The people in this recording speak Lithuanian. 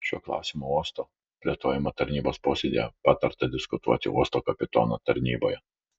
šiuo klausimu uosto plėtojimo tarybos posėdyje patarta diskutuoti uosto kapitono tarnyboje